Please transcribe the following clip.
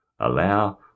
allow